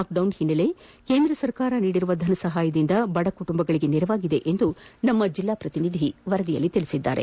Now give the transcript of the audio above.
lock down ಹಿನ್ನೆಲೆಯಲ್ಲಿ ಕೇಂದ್ರ ಸರ್ಕಾರ ನೀಡಿರುವ ಧನಸಹಾಯದಿಂದ ಬಡ ಕುಟುಂಬಗಳಿಗೆ ನೆರವಾಗಿದೆ ಎಂದು ನಮ್ಮ ಜಿಲ್ಲಾ ಪ್ರತಿನಿಧಿ ತಿಳಿಸಿದ್ದಾರೆ